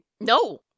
No